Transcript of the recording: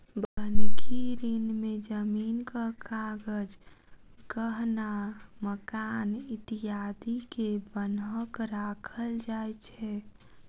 बन्हकी ऋण में जमीनक कागज, गहना, मकान इत्यादि के बन्हक राखल जाय छै